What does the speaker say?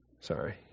Sorry